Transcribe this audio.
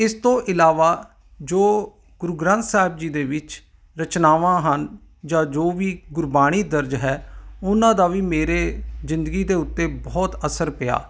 ਇਸ ਤੋਂ ਇਲਾਵਾ ਜੋ ਗੁਰੂ ਗ੍ਰੰਥ ਸਾਹਿਬ ਜੀ ਦੇ ਵਿੱਚ ਰਚਨਾਵਾਂ ਹਨ ਜਾਂ ਜੋ ਵੀ ਗੁਰਬਾਣੀ ਦਰਜ ਹੈ ਉਹਨਾਂ ਦਾ ਵੀ ਮੇਰੀ ਜ਼ਿੰਦਗੀ ਦੇ ਉੱਤੇ ਬਹੁਤ ਅਸਰ ਪਿਆ